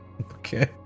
Okay